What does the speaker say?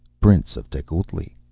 prince of tecuhltli.